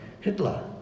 Hitler